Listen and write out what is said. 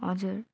हजुर